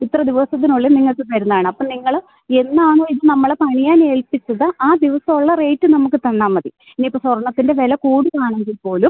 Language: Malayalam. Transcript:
ഇത്ര ദിവസത്തിനുള്ളിൽ നിങ്ങൾക്ക് തരുന്നതാണപ്പം നിങ്ങൾ എന്നാണോ ഇത് നമ്മളെ പണിയാനേൽപ്പിച്ചത് ആ ദിവസം ഉള്ള റേറ്റ് നമുക്ക് തന്നാൽ മതി ഇനിയിപ്പ സ്വർണ്ണത്തിൻ്റെ വില കൂടുകുയാണെങ്കിൽ പോലും